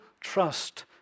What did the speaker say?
trust